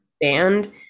band